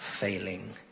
failing